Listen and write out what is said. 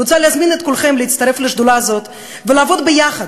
אני רוצה להזמין את כולכם להצטרף לשדולה הזאת ולעבוד ביחד,